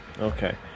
Okay